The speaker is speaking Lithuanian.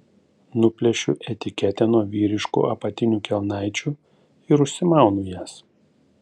nuplėšiu etiketę nuo vyriškų apatinių kelnaičių ir užsimaunu jas